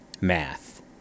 Math